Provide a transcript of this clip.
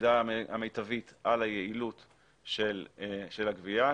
במידה המיטבית על היעילות של הגבייה,